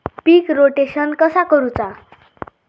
पीक rotation कसा करूचा?